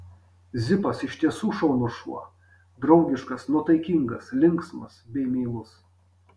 zipas iš tiesų šaunus šuo draugiškas nuotaikingas linksmas bei meilus